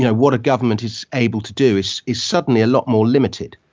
what a government is able to do is is suddenly a lot more limited.